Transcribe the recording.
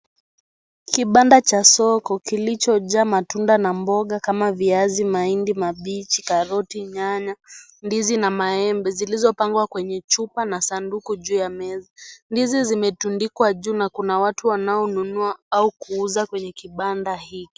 Kibanda cha soko kilichojaa matunda na mboga kama viazi, mahindi mabichi, karoti, nyanya, ndizi na maembe zilizopangwa kwenye chupa na sanduku juu ya meza. Ndizi zimetundikwa juu na kuna watu wanaonunua au kuuza kwenye kibanda hiki.